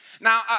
Now